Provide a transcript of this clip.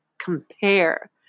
compare